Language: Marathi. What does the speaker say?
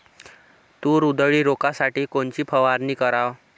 तूर उधळी रोखासाठी कोनची फवारनी कराव?